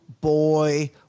boy